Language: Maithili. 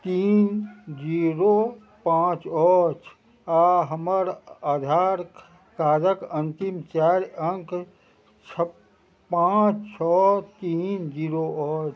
तीन जीरो पाँच अछि आ हमर आधार कार्डक अंतिम चारि अंक छओ पाँच छओ तीन जीरो अछि